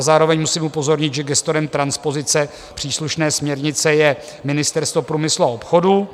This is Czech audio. Zároveň musím upozornit, že gestorem transpozice příslušné směrnice je Ministerstvo průmyslu a obchodu.